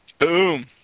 boom